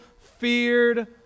feared